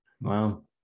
wow